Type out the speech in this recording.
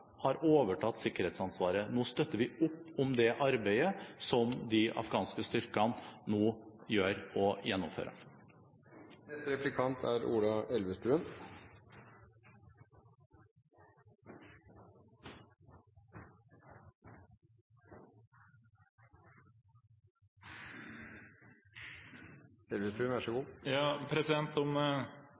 har overtatt sikkerhetsansvaret. Nå støtter vi opp om det arbeidet som de afghanske styrkene gjør og gjennomfører. Om Norge ikke folkerettslig har vært i krig, er det ingen tvil om